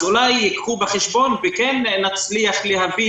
אז אולי ייקחו בחשבון וכן נצליח להביא